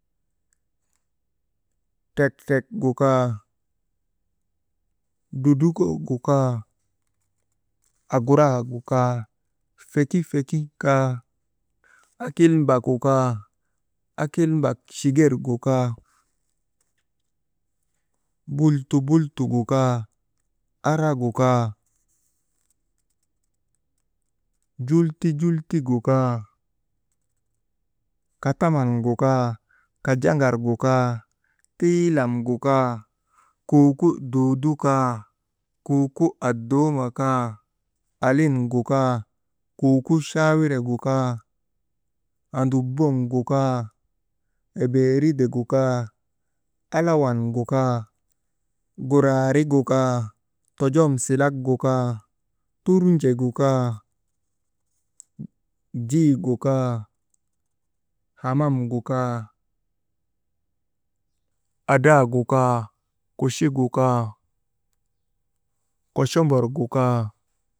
Kirik irik waagu tii kaa kuchik tiiteeti, tigu kaa kuchik tiiteeti, tii kuchik taa waŋ jaa n̰eetiŋ, karigu tii kaa jaa mbir ti tene, kebbeltuu kaa mbir tene, kanaa teneenu kaa kuchiginiŋ nokoyti, wujaa todowi kuchkuchee kelee nokoy, karigu tii kaa kuchik kan sawa ti, annaa taka kuchkucheenikoy tii kaa noolik ti, lutoo yak kuchkuchee win̰aanu tii kaa tin̰i ejii taŋnu kaa lollii taŋandi, kanaa kan ti tii kaa too kelee nokoy cok tiri. Karigu tii kaa bersu neyik ti, jaan̰isii kan kaa tiyay, n̰aa teneenu kaa kuchkuchee kelee nokoy ti, kerkeseenu waŋ jaa.